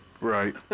Right